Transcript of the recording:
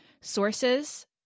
Sources